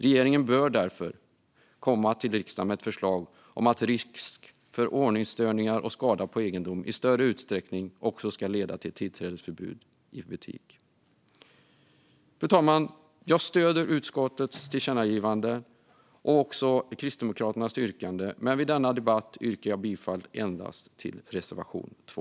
Regeringen bör därför återkomma till riksdagen med ett förslag om att risk för ordningsstörningar och skada på egendom i större utsträckning också ska leda till tillträdesförbud till butik. Jag stöder utskottets föreslagna tillkännagivande och också Kristdemokraternas yrkande, men vid denna debatt yrkar jag bifall endast till reservation 2.